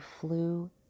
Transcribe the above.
flew